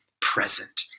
present